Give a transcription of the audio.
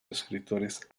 escritores